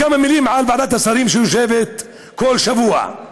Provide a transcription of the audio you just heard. וכמה מילים על ועדת השרים שיושבת כל שבוע.